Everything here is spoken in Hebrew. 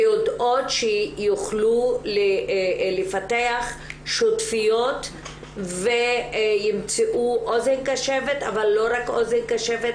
ויודעות שיוכלו לפתח שותפויות וימצאו אוזן קשבת אבל לא רק אוזן קשבת,